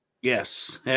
Yes